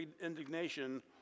indignation